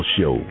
Show